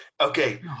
okay